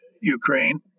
Ukraine